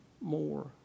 more